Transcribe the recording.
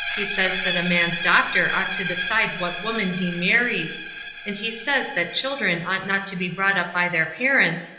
he says that a man's doctor ought to decide what woman he marries and he says that children ought not to be brought up by their parents,